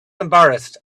embarrassed